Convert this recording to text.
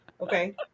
Okay